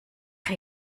sie